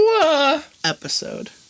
episode